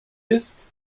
ist